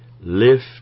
lift